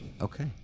Okay